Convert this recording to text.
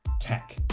tech